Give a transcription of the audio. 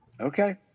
Okay